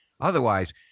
otherwise